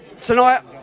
tonight